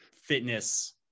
fitness